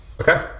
Okay